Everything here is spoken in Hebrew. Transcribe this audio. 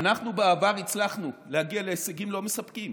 בעבר אנחנו הצלחנו להגיע להישגים לא מספקים.